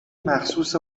مخصوص